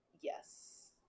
yes